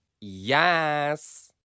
yes